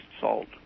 salt